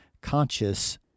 conscious